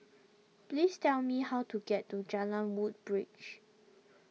please tell me how to get to Jalan Woodbridge